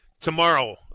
tomorrow